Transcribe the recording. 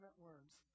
words